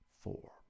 four